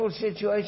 situation